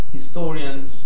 historians